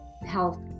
health